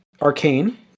Arcane